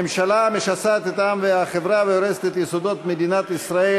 ממשלה המשסעת את העם והחברה והורסת את יסודות מדינת ישראל,